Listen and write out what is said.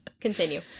Continue